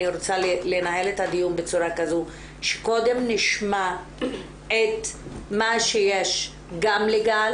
אני רוצה לנהל את הדיון בצורה כזו שקודם נשמע את מה שיש גם לגל